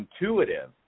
intuitive